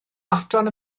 baton